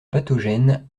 pathogène